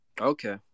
Okay